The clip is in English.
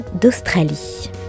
d'Australie